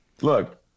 Look